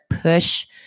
push